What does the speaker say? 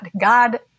God